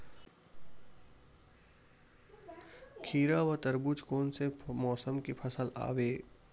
खीरा व तरबुज कोन से मौसम के फसल आवेय?